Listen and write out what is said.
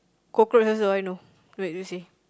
cockroach also I know wait you see